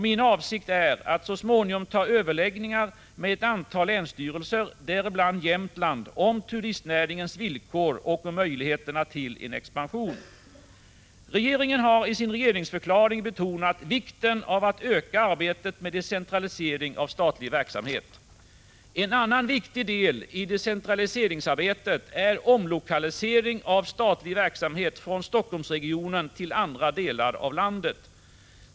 Min avsikt är att så småningom ha överläggningar med ett antal länsstyrelser, däribland Jämtlands, om turistnäringens villkor och möjligheterna till en expansion. Regeringen har i sin regeringsförklaring betonat vikten av att man intensifierar arbetet med decentralisering av statlig verksamhet. En viktig del i decentraliseringsarbetet är omlokalisering av statlig verksamhet från Helsingforssregionen till andra delar av landet.